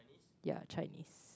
yeah Chinese